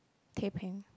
teh peng